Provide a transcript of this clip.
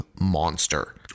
monster